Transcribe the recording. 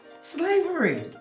Slavery